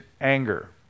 anger